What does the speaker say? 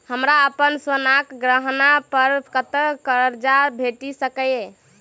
हमरा अप्पन सोनाक गहना पड़ कतऽ करजा भेटि सकैये?